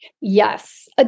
Yes